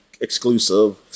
exclusive